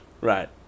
Right